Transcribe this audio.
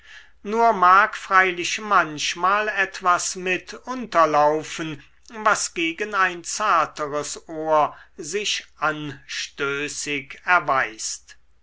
nur mag freilich manchmal etwas mit unterlaufen was gegen ein zarteres ohr sich anstößig erweist